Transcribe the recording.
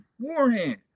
beforehand